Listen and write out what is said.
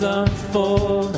unfold